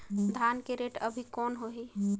धान के रेट अभी कौन होही?